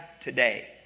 today